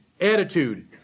attitude